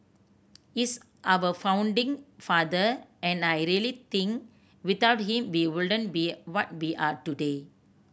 he's our founding father and I really think without him we wouldn't be what we are today